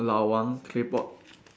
Lau-Wang claypot